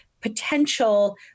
potential